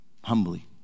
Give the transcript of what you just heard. humbly